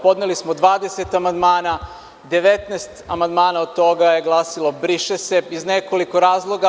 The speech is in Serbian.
Podneli smo 20 amandmana, 19 amandmana je glasilo – briše se, iz nekoliko razloga.